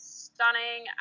stunning